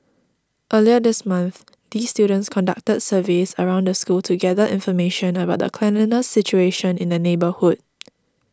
earlier this month these students conducted surveys around the school to gather information about the cleanliness situation in the neighbourhood